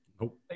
Nope